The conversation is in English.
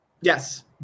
Yes